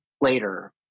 later